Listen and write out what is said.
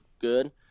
good